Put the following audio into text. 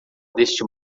deste